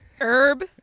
Herb